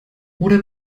oder